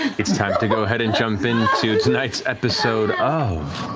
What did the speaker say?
it's time to go ahead and jump into tonight's episode of.